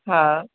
हा